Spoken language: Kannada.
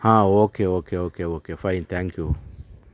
ಹಾಂ okay okay okay okay fine thank you